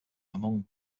among